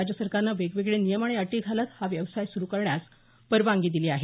राज्य सरकारनं वेगवेगळे नियम आणि अटी घालत हा व्यवसाय सुरू करण्यास परवानगी दिली आहे